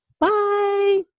Bye